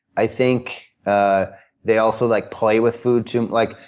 i think they also like play with food too like